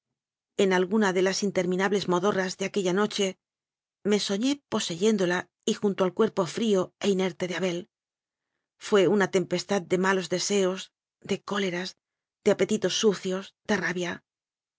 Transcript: en alguna de las interminables modorras de aquella noche me soñé poseyéndola y junto al cuerpo frío e inerte de abel fué una tempestad de malos deseos de cóleras de apetitos sucios de rabia